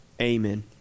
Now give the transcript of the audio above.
Amen